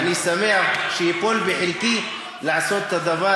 ואני שמח שייפול בחלקי לעשות את הדבר